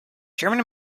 german